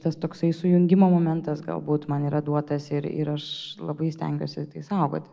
tas toksai sujungimo momentas galbūt man yra duotas ir ir aš labai stengiuosi tai saugoti